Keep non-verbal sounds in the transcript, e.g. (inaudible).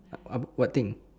(noise) what thing